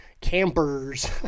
Campers